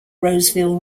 roseville